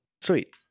Sweet